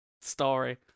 story